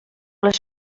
les